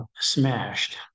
smashed